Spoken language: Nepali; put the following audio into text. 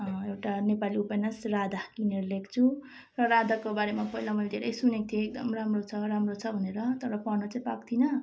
एउटा नेपाली उपन्यास राधा किनेर ल्याएको छु र राधाको बारेमा पहिला मैले धेरै सुनेको थिएँ एकदम राम्रो छ राम्रो छ भनेर तर पढ्न चाहिँ पाएको थिइनँ